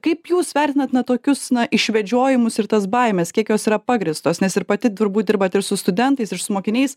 kaip jūs vertinat na tokius na išvedžiojimus ir tas baimes kiek jos yra pagrįstos nes ir pati turbūt dirbat ir su studentais ir su mokiniais